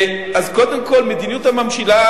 אז קודם כול, מדיניות הממשלה,